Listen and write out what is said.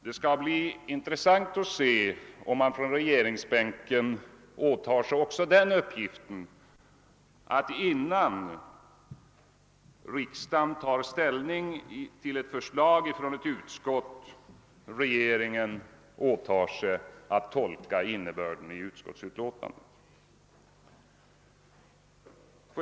Det skall bli intressant att se om man på regeringshåll åtar sig uppgiften att innan kammaren tar ställning till ett förslag från ett utskott tolka innebörden av detta utskotts utlåtande.